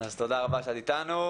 אז תודה רבה שאת איתנו.